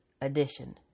addition